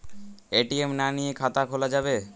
ATM না নিয়ে খাতা খোলা যাবে?